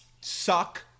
suck